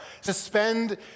suspend